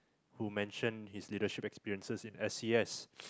who mentioned his leadership experiences in S_C_S